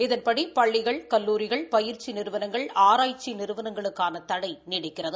இதன்படி பள்ளிகள் கல்லூரிகள் பயிற்சி நிறுவனங்கள் ஆராய்ச்சி நிறுவனங்களுக்கான தடை நீடிக்கிறது